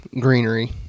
greenery